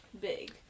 big